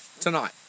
tonight